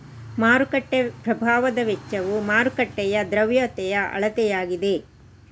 ಮಾರುಕಟ್ಟೆ ಪ್ರಭಾವದ ವೆಚ್ಚವು ಮಾರುಕಟ್ಟೆಯ ದ್ರವ್ಯತೆಯ ಅಳತೆಯಾಗಿದೆ